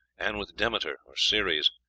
and with demeter or ceres,